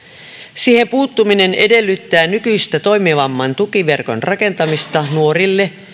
siihen puuttuminen edellyttää nykyistä toimivamman tukiverkon rakentamista nuorille